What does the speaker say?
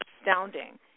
astounding